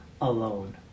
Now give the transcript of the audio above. alone